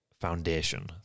foundation